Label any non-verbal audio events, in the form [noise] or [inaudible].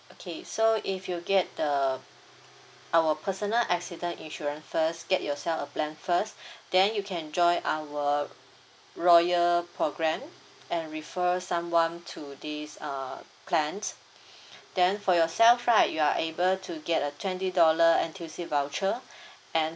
okay so if you get the our personal accident insurance first get yourself a plan first [breath] then you can enjoy our royal program and refer someone to this err plans [breath] then for yourself right you are able to get a twenty dollar N_T_U_C voucher and